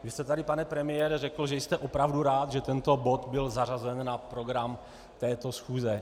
Vy jste tady, pane premiére, řekl, že jste opravdu rád, že tento bod byl zařazen na program této schůze.